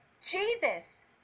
Jesus